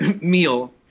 meal